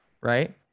Right